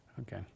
Okay